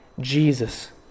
Jesus